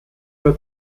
war